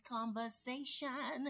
Conversation